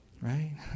Right